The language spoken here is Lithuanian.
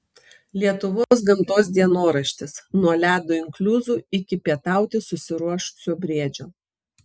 lietuvos gamtos dienoraštis nuo ledo inkliuzų iki pietauti susiruošusio briedžio